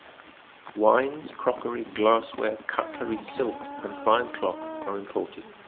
wines, crockery, glassware, cutlery, silks, and fine cloth are imported.